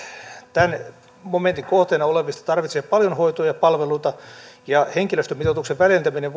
tämän momentin kohteena olevista tarvitsee paljon hoitoa ja palveluita ja henkilöstömitoituksen väljentäminen